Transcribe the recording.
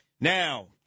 Now